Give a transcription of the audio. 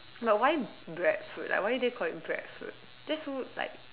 but why breadfruit like why did they call it breadfruit that's so like